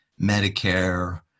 Medicare